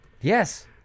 Yes